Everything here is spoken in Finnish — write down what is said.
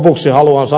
arvoisa puhemies